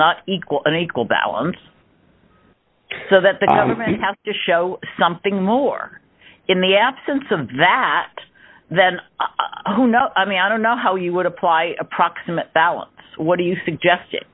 not equal and equal balance so that they have to show something more in the absence of that than to know i mean i don't know how you would apply approximate balance what do you suggest